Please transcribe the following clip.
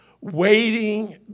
waiting